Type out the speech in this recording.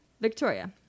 Victoria